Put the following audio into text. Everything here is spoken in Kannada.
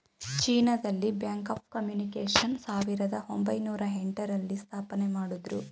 ಚೀನಾ ದಲ್ಲಿ ಬ್ಯಾಂಕ್ ಆಫ್ ಕಮ್ಯುನಿಕೇಷನ್ಸ್ ಸಾವಿರದ ಒಂಬೈನೊರ ಎಂಟ ರಲ್ಲಿ ಸ್ಥಾಪನೆಮಾಡುದ್ರು